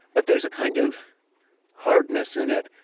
but there's a kind of hardness in it,